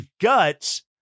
guts